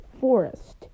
forest